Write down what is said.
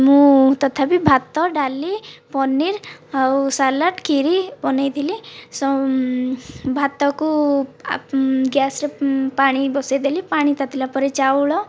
ମୁଁ ତଥାବି ଭାତ ଡାଲି ପନୀର ଆଉ ସାଲାଡ଼ କ୍ଷୀରି ବନାଇଥିଲି ଭାତକୁ ଗ୍ୟାସରେ ପାଣି ବସାଇ ଦେଲି ପାଣି ତାତିଲା ପରେ ଚାଉଳ